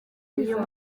uyu